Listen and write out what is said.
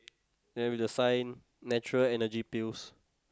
then with the sign natural energy bills